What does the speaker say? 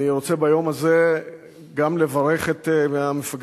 אני רוצה ביום הזה גם לברך את המפקדים